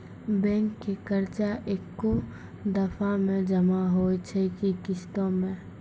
Bank के कर्जा ऐकै दफ़ा मे जमा होय छै कि किस्तो मे?